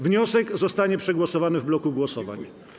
Wniosek zostanie przegłosowany w bloku głosowań.